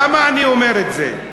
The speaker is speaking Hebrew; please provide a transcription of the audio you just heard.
למה אני אומר את זה?